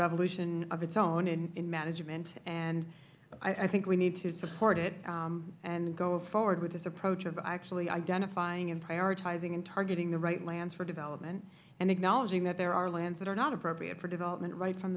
revolution of its own in management and i think we need to support it and go forward with this approach of actually identifying and prioritizing and targeting the right lands for development and acknowledging that there are lands that are not appropriate for development right from